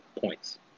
points